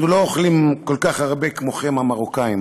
אנחנו לא אוכלים כל כך הרבה כמוכם, המרוקאים.